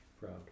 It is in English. proud